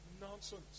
Nonsense